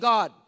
God